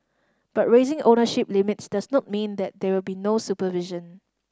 but raising ownership limits does not mean that there will be no supervision